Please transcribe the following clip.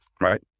right